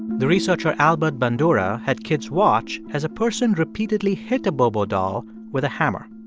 the researcher, albert bandura, had kids watch as a person repeatedly hit a bobo doll with a hammer.